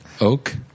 Oak